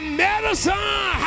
medicine